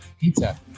Pizza